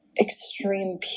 extreme